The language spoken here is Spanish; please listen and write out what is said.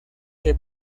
que